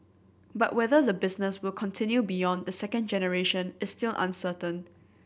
but whether the business will continue beyond the second generation is still uncertain